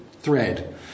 thread